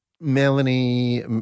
Melanie